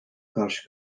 karşı